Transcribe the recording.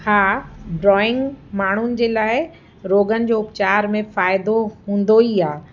हा ड्रॉइंग माण्हुनि जे लाइ रोगन जो उपचार में फ़ाइदो हूंदो ई आहे